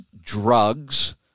drugs